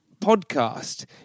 podcast